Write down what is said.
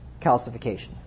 calcification